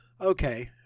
Okay